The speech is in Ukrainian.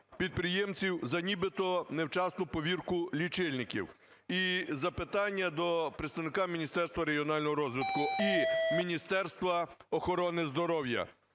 підприємці, за нібито невчасну повірку лічильників. І запитання до представника Міністерства регіонального розвитку і Міністерства охорони здоров'я.